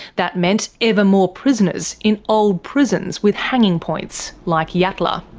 that meant ever more prisoners in old prisons with hanging points, like yatala.